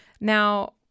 Now